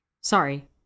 Sorry